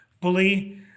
bully